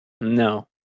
No